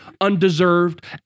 undeserved